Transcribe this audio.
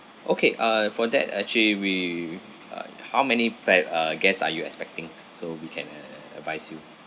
okay ah for that actually we uh how many pack uh guests are you expecting so we can a~ a ~ advise you